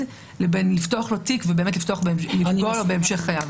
לבין לפתוח לו תיק ובאמת לפוגע לו בהמשך חייו.